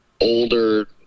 older